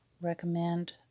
recommend